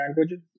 language